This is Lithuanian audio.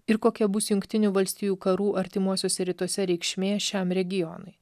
ir kokia bus jungtinių valstijų karų artimuosiuose rytuose reikšmė šiam regionui